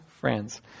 friends